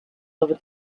over